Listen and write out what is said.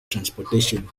transportation